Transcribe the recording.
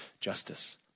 justice